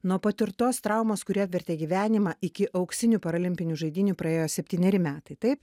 nuo patirtos traumos kuri apvertė gyvenimą iki auksinių paralimpinių žaidynių praėjo septyneri metai taip